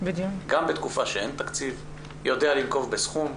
גם בתקופה שאין תקציב הוא יודע לנקוב בסכום.